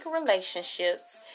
relationships